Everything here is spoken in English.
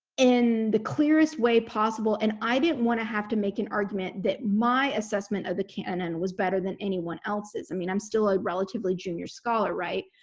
in the clearest way possible and i didn't want to have to make an argument that my assessment of the canon was better than anyone else's. i mean i'm still a relatively junior scholar, right?